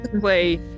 play